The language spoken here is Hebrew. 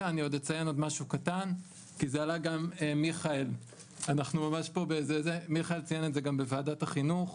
אני אעלה עוד משהו קטן כי מיכאל ציין את זה גם בוועדת החינוך.